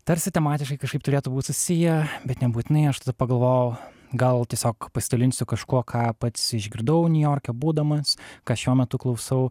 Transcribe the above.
tarsi tematiškai kažkaip turėtų būt susiję bet nebūtinai aš pagalvojau gal tiesiog pasidalinsiu kažkuo ką pats išgirdau niujorke būdamas ką šiuo metu klausau